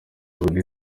avuga